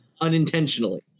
unintentionally